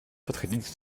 подходить